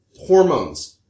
hormones